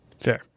Fair